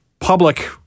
public